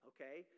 Okay